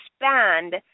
expand